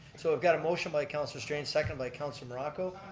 so we've got a motion by council strange, second by council morocco,